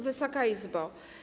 Wysoka Izbo!